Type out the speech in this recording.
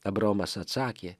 abraomas atsakė